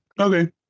okay